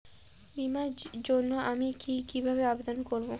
বিমার জন্য আমি কি কিভাবে আবেদন করব?